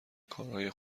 کارهای